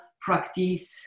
practice